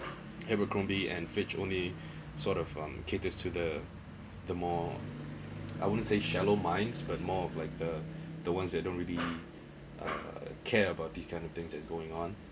abercrombie and fitch only sort of um caters to the the more I wouldn't say shallow minds but more of like the the ones that don't really uh care about these kind of things that's going on